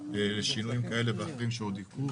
לשינויים כאלה ואחרים שעוד יקרו,